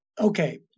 okay